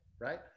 right